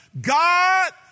God